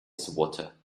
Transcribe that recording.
swatter